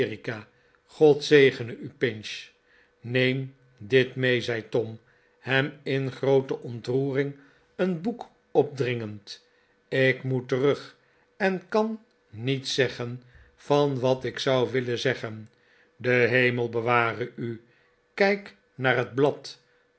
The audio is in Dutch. god zegene u pinch neem dit mee zei tom hem in groote ontroering een boek opdringend ik moet terug en kan niets zeggen van wat ik zou willen zeggen de hemel beware u kijk naar het blad